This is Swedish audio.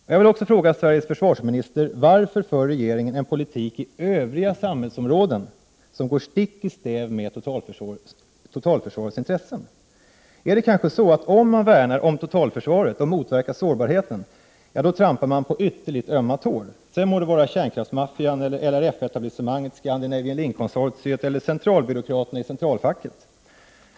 Jag vill också fråga Sveriges försvarsminister: Varför för regeringen en politik på övriga samhällsområden som går stick i stäv med totalförsvarets intressen? Är det kanske så, att om man värnar om totalförsvaret och motverkar sårbarheten, trampar man på ytterligt ömma tår? Sedan må det vara kärnkraftsmaffian, LRF etablissemanget, Scandinavian Linkkonsortiet eller centralbyråkraterna i centralfacken.